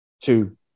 Two